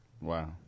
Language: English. Wow